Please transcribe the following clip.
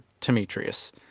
Demetrius